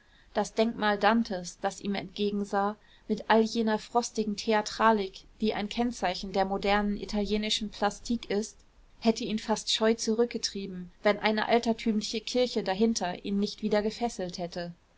das denkmal dantes das ihm entgegensah mit all jener frostigen theatralik die ein kennzeichen der modernen italienischen plastik ist hätte ihn fast scheu zurückgetrieben wenn eine altertümliche kirche dahinter ihn nicht wieder gefesselt hätte